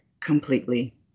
completely